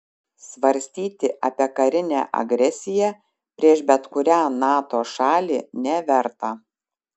svarstyti apie karinę agresiją prieš bet kurią nato šalį neverta